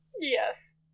Yes